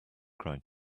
cried